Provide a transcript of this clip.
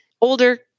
older